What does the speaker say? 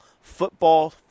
football